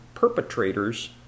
Perpetrators